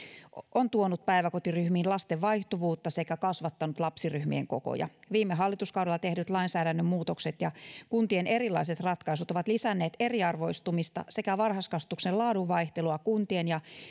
on tuonut päiväkotiryhmiin lasten vaihtuvuutta sekä kasvattanut lapsiryhmien kokoja viime hallituskaudella tehdyt lainsäädännön muutokset ja kuntien erilaiset ratkaisut ovat lisänneet eriarvoistumista sekä varhaiskasvatuksen laadun vaihtelua kuntien ja